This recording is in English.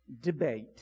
debate